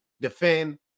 defend